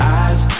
eyes